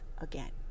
again